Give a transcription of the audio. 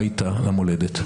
הביתה למולדת מכל תפוצות ישראל.